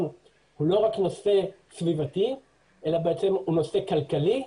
הוא לא רק נושא סביבתי אלא הוא נושא כלכלי,